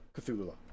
Cthulhu